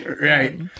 Right